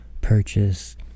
purchase